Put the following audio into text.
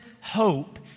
hope